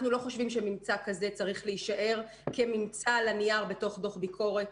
אנחנו לא חושבים שממצא כזה צריך להישאר כממצא על הנייר בתוך דוח ביקורת.